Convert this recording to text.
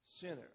sinner